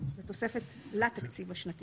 לתקציב השנתי